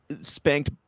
spanked